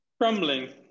Crumbling